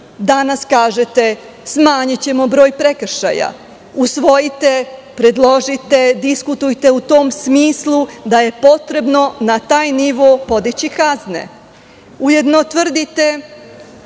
Danas kažete – smanjićemo broj prekršaja. Usvojite, predložite, diskutujte u tom smislu da je potrebno na taj nivo podići kazne. Ujedno, tvrdite